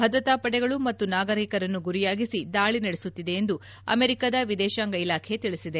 ಭದ್ರತಾ ಪಡೆಗಳು ಮತ್ತು ನಾಗರಿಕರನ್ನು ಗುರಿಯಾಗಿಸಿ ದಾಳಿ ನಡೆಸುತ್ತಿದೆ ಎಂದು ಅಮೆರಿಕದ ವಿದೇಶಾಂಗ ಇಲಾಖೆ ತಿಳಿಸಿದೆ